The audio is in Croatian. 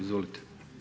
Izvolite.